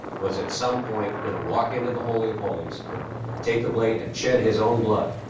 was at some point gonna walk into the holy of holies take the blade, and shed his own blood,